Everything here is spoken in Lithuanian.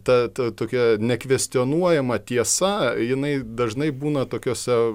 ta ta tokia nekvestionuojama tiesa jinai dažnai būna tokiose